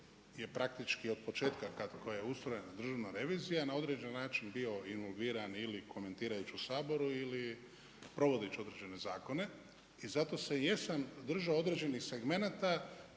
je praktički od početka kako koja usluga, Državna revizija na određeni način bio involuiran ili komentirajući u Saboru ili provodeći određene zakone. I zato se i jesam držao određenih segmenata